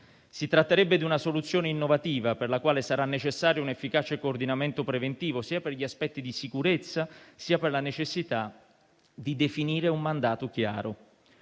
Si tratterebbe di una soluzione innovativa, per la quale sarà necessario un efficace coordinamento preventivo sia per gli aspetti di sicurezza, sia per la necessità di definire un mandato chiaro.